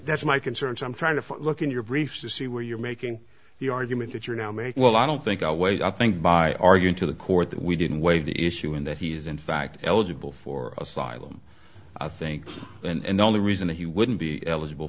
that's my concern so i'm trying to look in your briefs to see where you're making the argument that you're now make well i don't think i'll wait i think by arguing to the court that we didn't weigh the issue in that he is in fact eligible for asylum i think and the only reason that he wouldn't be eligible